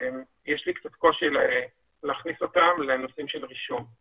יש לי קצת קושי להכניס אותן לנושאים של רישום,